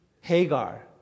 Hagar